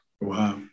Wow